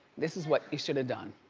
this is what you should have done.